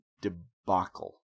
debacle